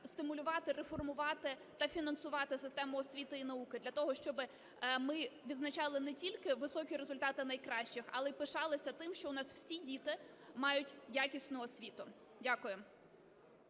стимулювати, реформувати та фінансувати систему освіту і науки. Для того, щоб ми відзначали не тільки високі результати найкращих, а й пишалися тим, що у нас усі діти мають якісну освіту. Дякую.